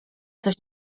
coś